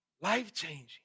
life-changing